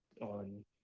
on